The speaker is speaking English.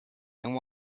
and